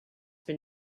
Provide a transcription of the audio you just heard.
been